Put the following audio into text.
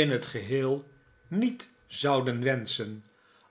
in t geheel maarten chuzzlewit niet zouden wenschen